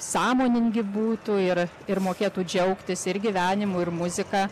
sąmoningi būtų ir ir mokėtų džiaugtis gyvenimu ir muzika